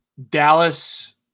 Dallas